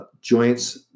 joints